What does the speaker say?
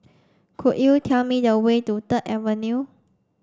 could you tell me the way to Third Avenue